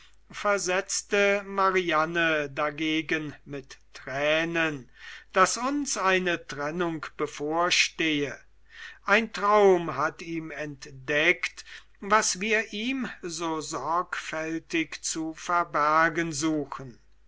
versetzte mariane dagegen mit tränen daß uns eine trennung bevorstehe ein traum hat ihm entdeckt was wir ihm so sorgfältig zu verbergen suchen